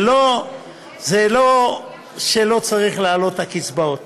זה לא שלא צריך להעלות את הקצבאות,